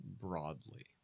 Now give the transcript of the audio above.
broadly